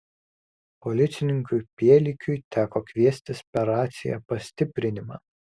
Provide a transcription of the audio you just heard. policininkui pielikiui teko kviestis per raciją pastiprinimą